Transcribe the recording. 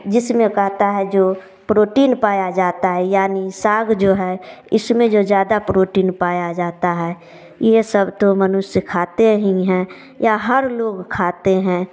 जिसमें कहता है जो प्रोटीन पाया जाता है यानी साग जो है इसमें जो ज्यादा प्रोटीन पाया जाता है ये सब तो मनुष्य खाते ही हैं या हर लोग खाते हैं